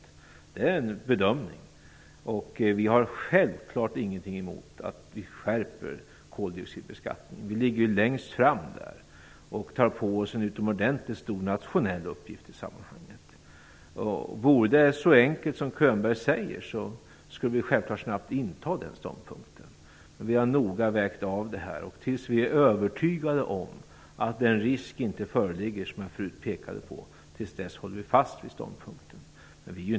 Det är en bedömningsfråga. Vi har självklart ingenting emot att vi skärper koldioxidbeskattningen. Vi ligger ju längst fram där och tar på oss en utomordentligt stor nationell uppgift i sammanhanget. Vore det så enkelt som Bo Könberg säger skulle vi självklart snabbt inta den ståndpunkten, men vi har noga vägt av det här, och tills vi är övertygade om att den risk inte föreligger som jag förut pekade på håller vi fast vid ståndpunkten.